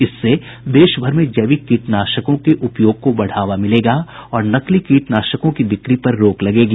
इससे देशभर में जैविक कीटनाशकों के उपयोग को बढ़ावा मिलेगा और नकली कीटनाशकों की बिक्री पर रोक लगेगी